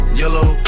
yellow